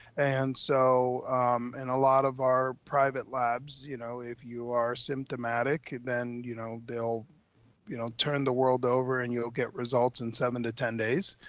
and so and a lot of our private labs, you know, if you are symptomatic, then you know, they'll you know turn the world over and you'll get results in seven to ten days